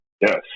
Yes